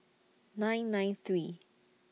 nine nine three